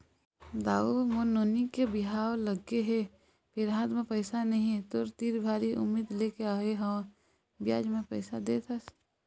दाऊ मोर नोनी के बिहाव लगगे हे फेर हाथ म पइसा नइ हे, तोर तीर भारी उम्मीद लेके आय हंव बियाज म पइसा दे देतेस